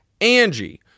Angie